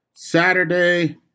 Saturday